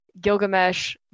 Gilgamesh